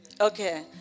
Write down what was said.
okay